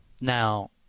now